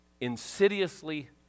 insidiously